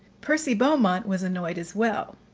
percy beaumont was annoyed as well